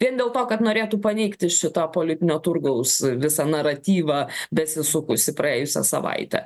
vien dėl to kad norėtų paneigti šito politinio turgaus visą naratyvą besisukusį praėjusią savaitę